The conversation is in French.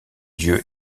dieu